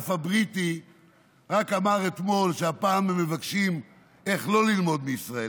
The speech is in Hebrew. הטלגרף הבריטי רק אתמול אמר שהפעם הם מבקשים איך לא ללמוד מישראל.